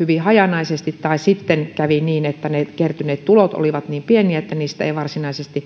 hyvin hajanaisesti tai sitten kävi niin että kertyneet tulot olivat niin pieniä että niistä ei varsinaisesti